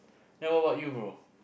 then what about you bro